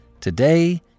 Today